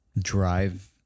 drive